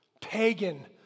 pagan